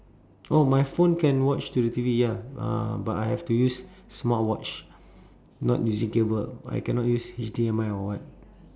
oh my phone can watch to the T_V ya uh but I have to use smart watch not using cable I cannot use H_D_M_I or what